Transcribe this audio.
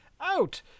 out